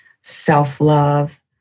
self-love